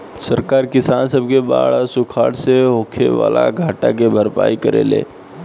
सरकार किसान सब के बाढ़ आ सुखाड़ से होखे वाला घाटा के भरपाई करेले